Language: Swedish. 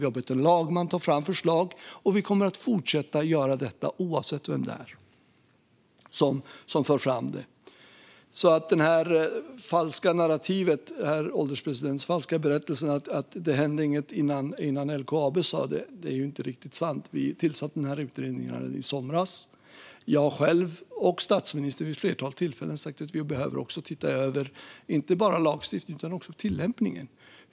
Vi har bett en lagman att ta fram förslag, och vi kommer att fortsätta göra detta oavsett vem det är som för fram det. Det falska narrativet och den falska berättelsen, herr ålderspresident - att det inte hände något förrän LKAB sa det - är inte riktigt sant. Vi tillsatte utredningen redan i somras. Jag själv och statsministern har vid ett flertal tillfällen sagt att vi behöver titta över inte bara lagstiftningen utan också tillämpningen.